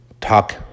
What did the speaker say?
talk